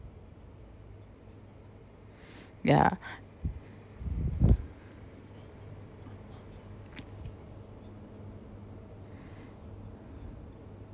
ya